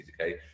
okay